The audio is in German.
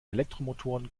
elektromotoren